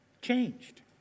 Changed